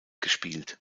gespielt